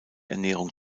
ernährung